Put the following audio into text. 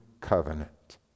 covenant